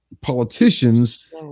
politicians